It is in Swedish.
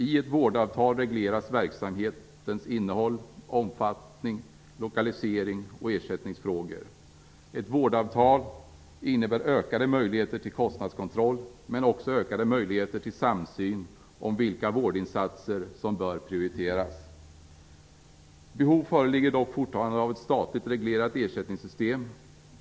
I ett vårdavtal regleras verksamhetens innehåll, omfattning, lokalisering och ersättningsfrågor. Ett vårdavtal innebär ökade möjligheter till kostnadskontroll, men också ökade möjligheter till samsyn om vilka vårdinsatser som bör prioriteras. Behov föreligger dock fortfarande av ett statligt reglerat ersättningssystem.